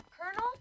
Colonel